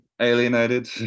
alienated